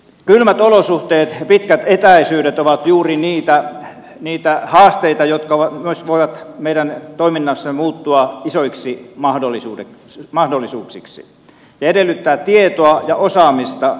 kylmät olosuhteet ja pitkät etäisyydet ovat juuri niitä haasteita jotka myös voivat meidän toiminnassamme muuttua isoiksi mahdollisuuksiksi ja tämä kylmä osaaminen edellyttää tietoa ja osaamista